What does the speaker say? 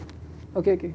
okay okay